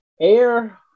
air